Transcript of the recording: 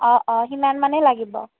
অঁ অঁ সিমান মানেই লাগিব